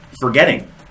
forgetting